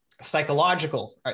Psychological